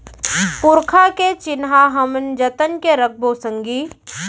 पुरखा के चिन्हा हमन जतन के रखबो संगी